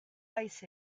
ice